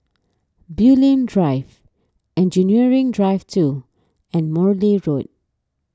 Bulim Drive Engineering Drive two and Morley Road